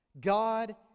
God